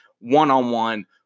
one-on-one